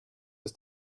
ist